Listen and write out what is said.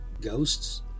Ghosts